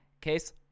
Case